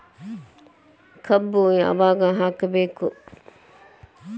ಕಬ್ಬು ಯಾವಾಗ ಹಾಕಬೇಕು?